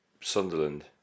Sunderland